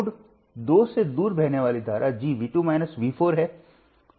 node 2 से दूर बहने वाली धारा G है